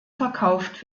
verkauft